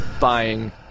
buying